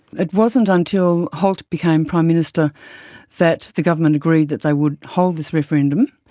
it wasn't until holt became prime minister that the government agreed that they would hold this referendum.